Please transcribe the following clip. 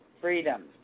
freedom